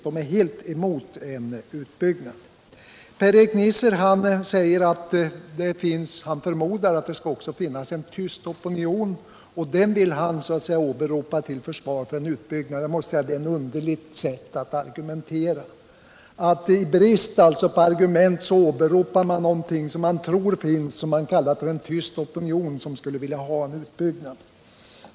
Den är helt emot en utbyggnad. Per-Erik Nisser förmodar att det också skall finnas en tyst opinion, och den vill han åberopa till försvar för en utbyggnad. Jag måste säga att det är ett underligt sätt att argumentera. I brist på argument åberopar man alltså någonting som man tror finns som man kallar för en tyst opinion som skulle vilja ha en utbyggnad.